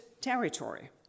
territory